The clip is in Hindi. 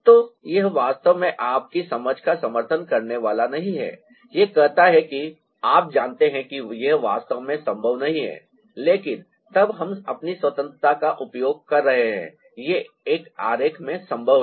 तो यह वास्तव में आपकी समझ का समर्थन करने वाला नहीं है यह कहता है कि आप जानते हैं कि यह वास्तव में संभव नहीं है लेकिन तब हम अपनी स्वतंत्रता का उपयोग कर रहे हैं यह एक आरेख में संभव है